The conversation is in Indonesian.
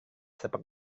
sepak